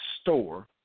store